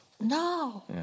No